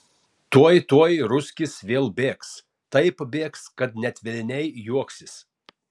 tuoj tuoj ruskis vėl bėgs taip bėgs kad net velniai juoksis